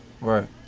Right